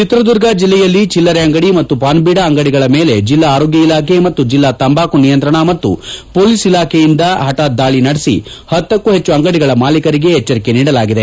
ಚಿಕ್ರದುರ್ಗ ಜಲ್ಲೆಯಲ್ಲಿ ಚಿಲ್ಲರೆ ಅಂಗಡಿ ಮತ್ತು ಪಾನ್ಬೀಡಾ ಅಂಗಡಿಗಳ ಮೇಲೆ ಜಲ್ಲಾ ಆರೋಗ್ಯ ಇಲಾಖೆ ಮತ್ತು ಜಲ್ಲಾ ತಂಬಾಕು ನಿಯಂತ್ರಣ ಮತ್ತು ಪೊಲೀಸ್ ಇಲಾಖೆ ವತಿಯಿಂದ ಪಠಾತ್ ದಾಳಿ ನಡೆಸಿ ಪತ್ತಕ್ಕೂ ಪೆಚ್ಚು ಅಂಗಡಿಗಳ ಮಾಲೀಕರಿಗೆ ಎಚ್ಚರಿಕೆ ನೀಡಲಾಗಿದೆ